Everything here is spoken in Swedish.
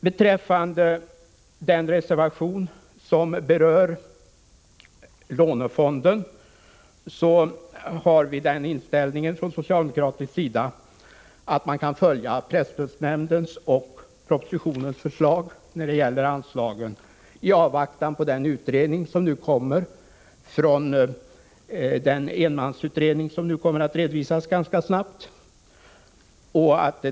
Beträffande den reservation som berör lånefonden har vi från socialdemokratisk sida inställningen att man kan följa presstödsnämndens och propositionens förslag när det gäller anslagen i avvaktan på den enmansutredning som ganska snart kommer att redovisas.